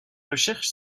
recherches